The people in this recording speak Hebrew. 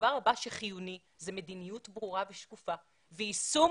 הדבר הבא שחיוני זאת מדיניות ברורה ושקופה, יישום